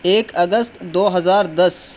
ایک اگست دو ہزار دس